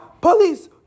police